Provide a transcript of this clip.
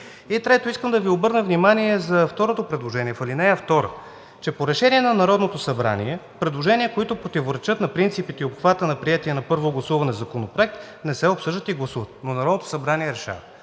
трето, искам да Ви обърна внимание за второто предложение – в ал. 2, че „по решение на Народното събрание предложения, които противоречат на принципите и обхвата на приетия на първо гласуване законопроект, не се обсъждат и гласуват“, но Народното събрание решава.